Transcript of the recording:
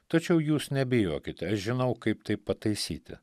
tačiau jūs nebijokite aš žinau kaip tai pataisyti